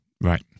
Right